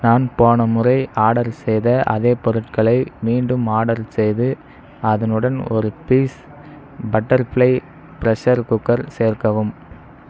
நான் போன முறை ஆர்டர் செய்த அதே பொருட்களை மீண்டும் ஆர்டர் செய்து அதனுடன் ஒரு பீஸ் பட்டர்ஃபிளை ப்ரஷ்ஷர் குக்கர் சேர்க்கவும்